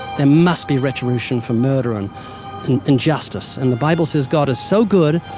there must be retribution for murder and and justice. and the bible says god is so good,